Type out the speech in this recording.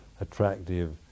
attractive